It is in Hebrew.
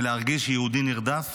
ולהרגיש יהודי נרדף